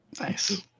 Nice